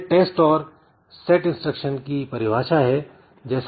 यह टेस्ट और set instruction की परिभाषा है